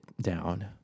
down